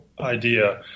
idea